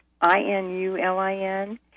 I-N-U-L-I-N